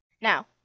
Now